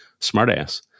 smartass